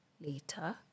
later